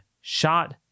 shot